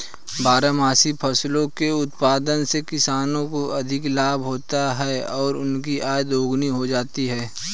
बारहमासी फसलों के उत्पादन से किसानों को अधिक लाभ होता है और उनकी आय दोगुनी हो जाती है